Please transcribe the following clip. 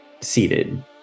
seated